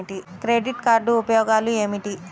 Credit card ఉపయోగాలు ఏమిటి?